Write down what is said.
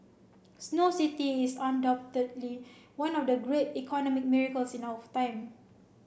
Snow City is undoubtedly one of the great economic miracles in our time